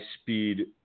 speed